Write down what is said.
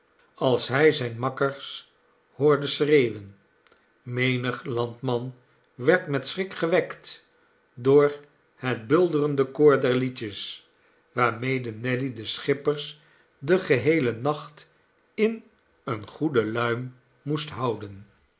als hij zijne makkers hoorde schreeuwen menig landman werd met schrik gewekt door het bulderende koor der liedjes waarmede nelly de schippers den vlucht te water geheelen nacht in eene goede luim moesthouden